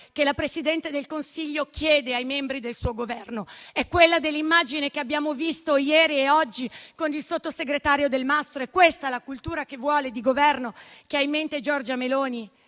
che il Presidente del Consiglio chiede ai membri del suo Governo? È quella dell'immagine che abbiamo visto ieri e oggi con il sottosegretario Delmastro Delle Vedove? È questa la cultura che vuole il Governo e che ha in mente Giorgia Meloni?